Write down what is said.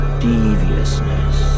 deviousness